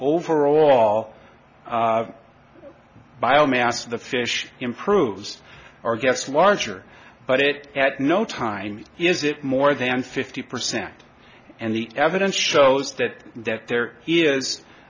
of the fish improves our guess larger but it at no time is it more than fifty percent and the evidence shows that that there is